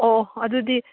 ꯑꯣ ꯑꯗꯨꯗꯤ